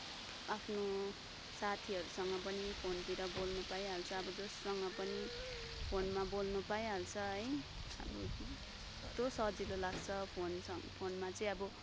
आफ्नो साथीहरूसँग पनि फोनतिर बोल्न पाइहाल्छ अब जोसँग पनि फोनमा बोल्न पाइहाल्छ है अब कस्तो सजिलो लाग्छ फोनसँग फोनमा चाहिँ अब